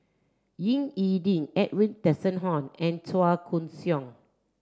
Ying E Ding Edwin Tessensohn and Chua Koon Siong